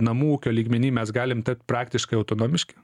namų ūkio lygmeny mes galim tapt praktiškai autonomiški